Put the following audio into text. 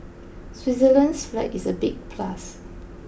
Switzerland's flag is a big plus